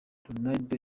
ronaldo